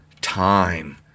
time